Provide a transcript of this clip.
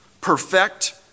perfect